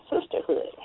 Sisterhood